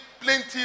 plenty